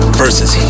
versus